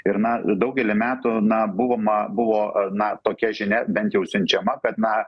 ir na daugelį metų na buvo ma buvo na tokia žinia bent jau siunčiama kad na